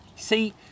see